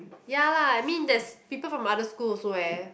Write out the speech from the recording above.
ya lah I mean there's people from other school also leh